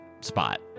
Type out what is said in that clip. spot